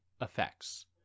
effects